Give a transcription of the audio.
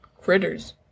critters